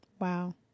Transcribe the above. Wow